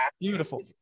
Beautiful